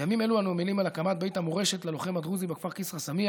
בימים אלו אנו עמלים על הקמת בית המורשת ללוחם הדרוזי בכפר כיסרא-סמיע,